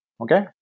okay